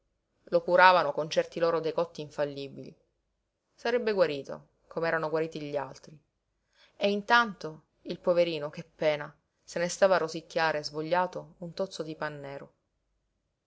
lo curavano con certi loro decotti infallibili sarebbe guarito come erano guariti gli altri e intanto il poverino che pena se ne stava a rosicchiare svogliato un tozzo di pan nero